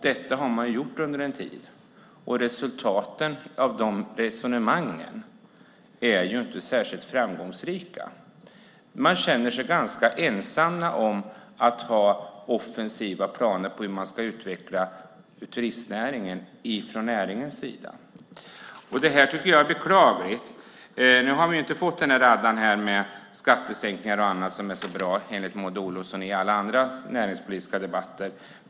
Detta har man gjort under en tid, och resultaten av dessa resonemang är inte särskilt framgångsrika. Från turistnäringens sida känner man sig ganska ensam om att ha offensiva planer på hur man ska utveckla näringen. Det tycker jag är beklagligt. Nu har vi inte fått höra om alla skattesänkningar och annat som är så bra enligt Maud Olofsson och som vi har fått höra i alla andra näringspolitiska debatter.